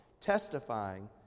testifying